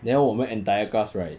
then 我们 entire class right